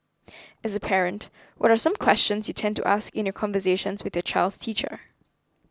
as a parent what are some questions you tend to ask in your conversations with the child's teacher